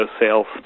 sales